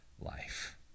life